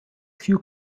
few